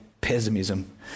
pessimism